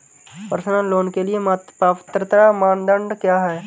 Personal loan के लिए पात्रता मानदंड क्या हैं?